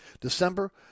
December